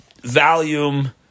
volume